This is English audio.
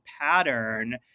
pattern